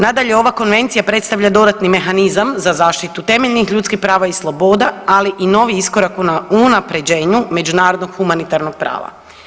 Nadalje ova konvencija predstavlja dodatni mehanizam za zaštitu temeljnih ljudskih prava i sloboda, ali i novi iskorak na unapređenju međunarodnog humanitarnog prava.